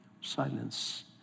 Silence